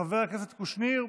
חבר הכנסת קושניר,